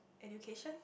education